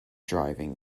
driving